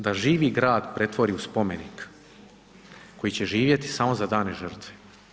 Da živi grad pretvori u spomenik koji će živjeti samo za dane žrtve.